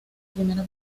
primera